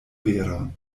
veron